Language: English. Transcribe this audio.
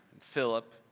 Philip